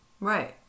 Right